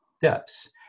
steps